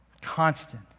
Constant